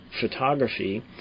photography